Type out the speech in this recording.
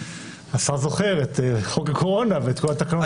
השר זוכר את חוק הקורונה ואת כל התקנות שעברו פה.